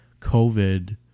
COVID